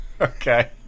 Okay